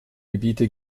gebiete